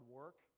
work